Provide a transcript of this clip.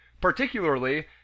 Particularly